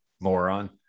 moron